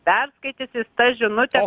perskaitys jis tą žinutę